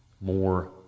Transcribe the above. more